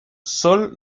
sol